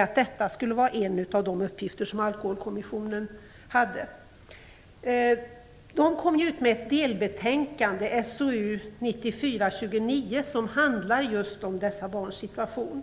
att detta skulle vara en av Alkoholkommissionens uppgifter. Alkoholkommissionen kom ut med ett delbetänkande, SOU 1994:29, som handlar om just dessa barns situation.